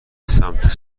سمت